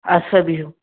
اَدٕ سا بِہِو